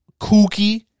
kooky